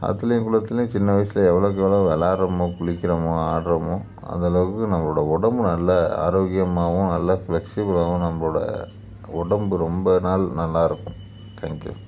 ஆற்றுலையும் குளத்துலையும் சின்ன வயசில் எவ்வளோக்கு எவ்வளோ வெளாட்றமோ குளிக்கிறமோ ஆடுறமோ அந்தளவுக்கு நம்பளோடய உடம்பு நல்லா ஆரோக்கியமாகவும் நல்லா ஃப்ளெக்சிபிளாகவும் நம்பளோடு உடம்பு ரொம்ப நாள் நல்லாயிருக்கும் தேங்க்யூ